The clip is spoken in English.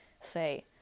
say